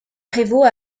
prévôt